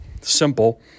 simple